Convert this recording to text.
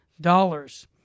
dollars